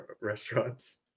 restaurants